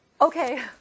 Okay